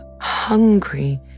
hungry